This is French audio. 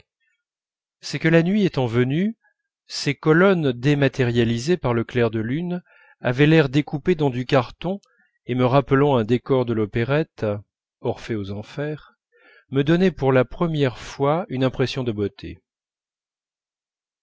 c'est que la nuit étant venue ses colonnes dématérialisées par le clair de lune avaient l'air découpées dans du carton et me rappelant un décor de l'opérette orphée aux enfers me donnaient pour la première fois une impression de beauté